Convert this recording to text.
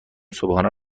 صبحانه